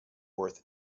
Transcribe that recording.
worth